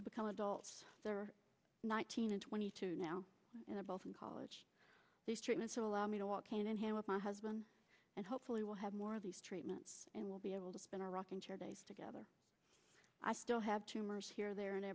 to become adults that are nineteen and twenty two now you know both in college these treatments allow me to walk hand in hand with has been and hopefully will have more of these treatments and we'll be able to spend our rocking chair days together i still have tumors here there and